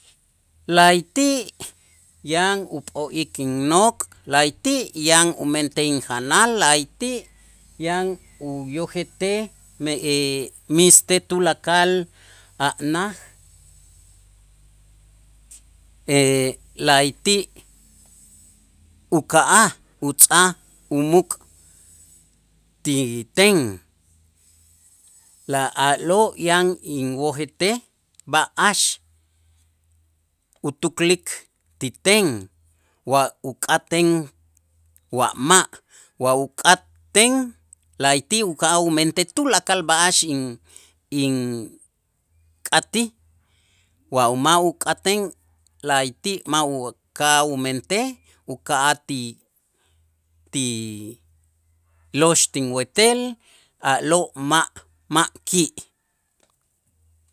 La'ayti' yan up'o'ik innok', la'ayti' yan umentej injanal, la'ayti' yan uyojetej me miistej tulakal a' naj, la'ayti' uka'aj utz'aj umuk' ti ten la a'lo' yan inwojetej b'a'ax utuklik ti ten wa uk'aten wa ma' wa uk'aten la'ayti' uka'aj umentej tulakal b'a'ax in- ink'atij wa u ma' uk'aten la'ayti' ma' u- uka'aj umentej uka'aj ti- ti lox tinwetel a'lo' ma' ma' ki'.